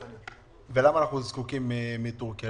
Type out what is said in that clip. ולמה אנחנו זקוקים לייבוא עגבניות מטורקיה?